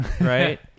right